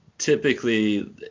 typically